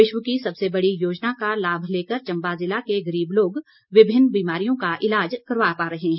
विश्व की सबसे बड़ी योजना का लाभ लेकर चंबा ज़िला के गरीब लोग विभिन्न बीमारियों का ईलाज करवा पा रहे हैं